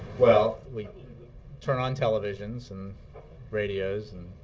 well, we turn on televisions and radios and